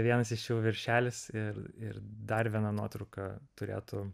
vienas iš jų viršelis ir ir dar viena nuotrauka turėtų